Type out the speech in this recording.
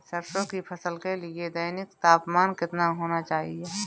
सरसों की फसल के लिए दैनिक तापमान कितना होना चाहिए?